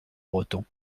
breton